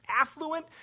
affluent